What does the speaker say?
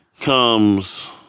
comes